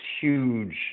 huge